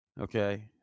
Okay